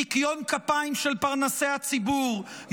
ניקיון כפיים של פרנסי הציבור,